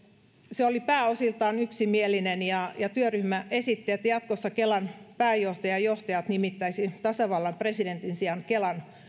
se oli pääosiltaan yksimielinen ja ja työryhmä esittää että jatkossa kelan pääjohtajan ja johtajat nimittäisi tasavallan presidentin sijaan kelan